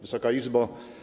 Wysoka Izbo!